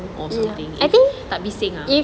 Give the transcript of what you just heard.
also think if tak bising ah